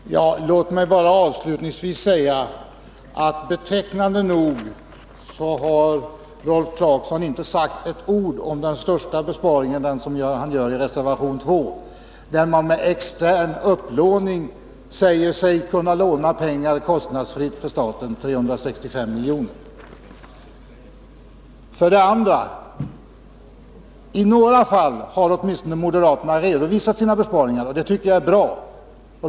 Herr talman! Låt mig bara avslutningsvis säga att betecknande nog har Rolf Clarkson inte sagt ett ord om den största besparingen som nämns i reservation 2 och som går ut på att man med extern upplåning säger sig kunna låna pengar kostnadsfritt för staten, 365 miljoner. Åtminstone i några fall har moderaterna redovisat sina besparingar, och det tycker jag är bra.